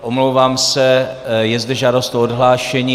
Omlouvám se, je zde žádost o odhlášení.